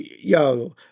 yo